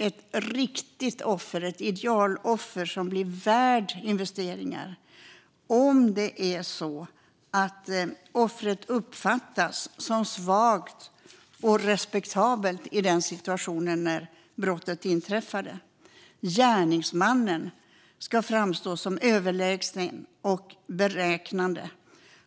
Ett "riktigt" offer, ett idealoffer som blir värd investeringar, uppfattas som svagt och respektabelt i den situation då brottet inträffade. Gärningsmannen ska framstå som överlägsen och beräknande,